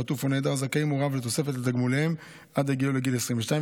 חטוף או נעדר זכאים הוריו לתוספת לתגמוליהם עד הגיעו לגיל 22,